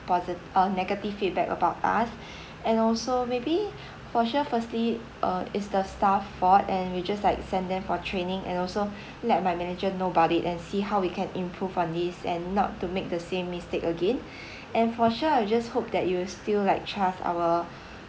postive uh negative feedback about us and also maybe for sure firstly uh it's the staff's fault and we just like send them for training and also let my manager know about it and see how we can improve on this and not to make the same mistake again and for sure I'll just hope that you will still like trust our